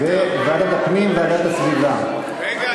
התשע"ד 2014, לוועדת הפנים והגנת הסביבה נתקבלה.